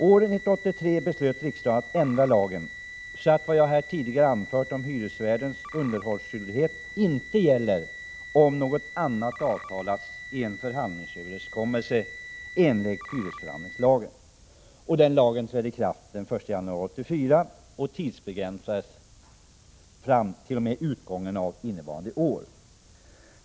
År 1983 beslöt riksdagen att ändra lagen så att det jag här tidigare anfört om hyresvärdens underhållsskyldighet inte gäller, om något annat avtalats i en förhandlingsöverenskommelse enligt hyresförhandlingslagen. Den lagändringen trädde i kraft den 1 januari 1984 och tidsbegränsades fram t.o.m. utgången av innevarande år.